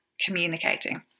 communicating